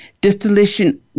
distillation